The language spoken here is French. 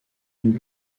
une